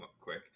quick